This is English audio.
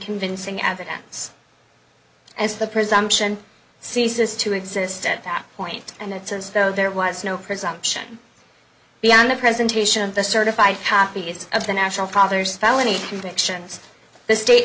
convincing evidence as the presumption ceases to exist at that point and that since though there was no presumption beyond the presentation of the certified copies of the national father's felony convictions the state